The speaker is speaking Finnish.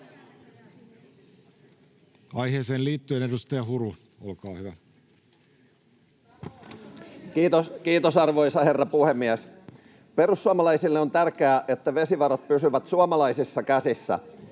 aiheeseen liittyen edustaja Huru, olkaa hyvä. Kiitos, arvoisa herra puhemies! Perussuomalaisille on tärkeää, että vesivarat pysyvät suomalaisissa käsissä.